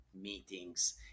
meetings